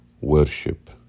Worship